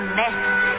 mess